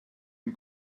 dem